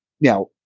Now